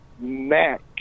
Mac